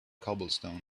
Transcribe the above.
cobblestone